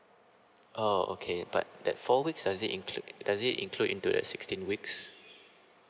oh okay but that for weeks does it include does it include into the sixteen weeks